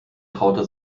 traute